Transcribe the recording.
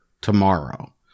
tomorrow